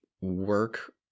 work